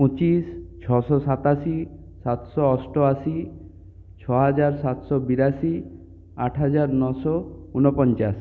পঁচিশ ছশো সাতাশি সাতশো অষ্টআশি ছ হাজার সাতশো বিরাশি আট হাজার নশো ঊনপঞ্চাশ